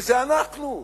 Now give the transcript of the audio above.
וזה אנחנו.